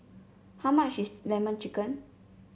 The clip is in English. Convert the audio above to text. how much is lemon chicken